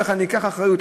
ואיך ניקח אחריות,